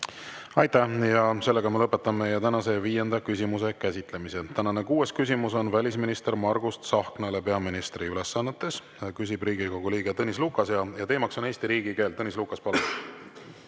Aitäh! Lõpetan tänase viienda küsimuse käsitlemise. Tänane kuues küsimus on välisminister Margus Tsahknale peaministri ülesannetes. Küsib Riigikogu liige Tõnis Lukas ja teemaks on Eesti riigikeel. Tõnis Lukas, palun!